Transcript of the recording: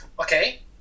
Okay